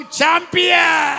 champion